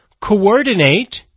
coordinate